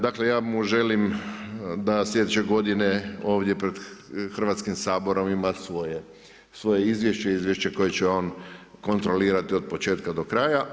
Dakle, ja mu želim da sljedeće godine, ovdje pred Hrvatskim saborom ima svoje izvješće, izvješće koje će on kontrolirati od početka do kraja.